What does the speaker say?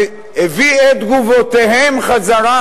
והביא את תגובותיהם חזרה,